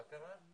אומר בקצרה.